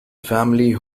family